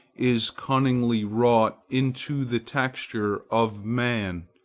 is cunningly wrought into the texture of man,